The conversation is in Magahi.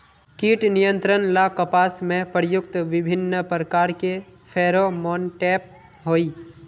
कीट नियंत्रण ला कपास में प्रयुक्त विभिन्न प्रकार के फेरोमोनटैप होई?